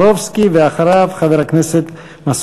חבר הכנסת טופורובסקי,